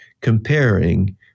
comparing